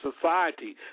society